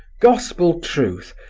gospel truth!